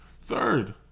Third